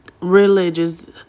religious